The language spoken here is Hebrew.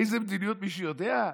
איזו מדיניות, מישהו יודע?